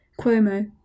cuomo